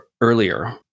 earlier